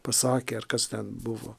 pasakė ar kas ten buvo